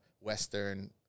Western